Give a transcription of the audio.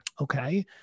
okay